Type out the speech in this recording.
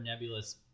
nebulous